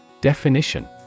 Definition